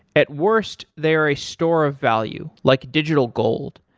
at worst, they are a store of value, like digital gold.